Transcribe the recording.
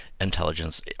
intelligence